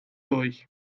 durch